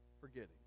forgetting